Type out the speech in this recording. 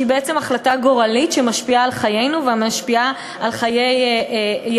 שהיא בעצם החלטה גורלית שמשפיעה על חיינו ועל חיי ילדינו.